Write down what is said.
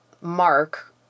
Mark